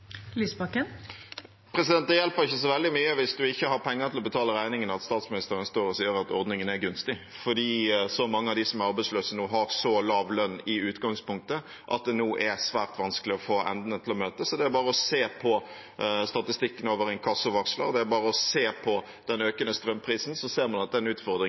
Det blir oppfølgingsspørsmål – først Audun Lysbakken. Det hjelper ikke så veldig mye hvis man ikke har penger til å betale regningene, at statsministeren står og sier at ordningen er gunstig, for mange av dem som er arbeidsløse nå, har så lav lønn i utgangspunktet at det er svært vanskelig å få endene til å møtes. Det er bare å se på statistikken over inkassovarsler, det er bare å se på den økende strømprisen – da ser man at den utfordringen er